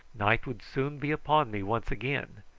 night would soon be upon me once again,